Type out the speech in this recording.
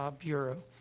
ah bureau.